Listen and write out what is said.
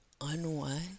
Unwind